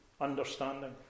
understanding